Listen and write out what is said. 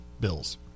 bills